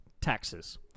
taxes